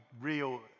real